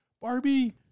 Barbie